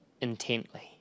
intently